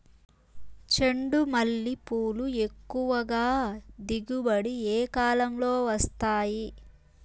చెండుమల్లి పూలు ఎక్కువగా దిగుబడి ఏ కాలంలో వస్తాయి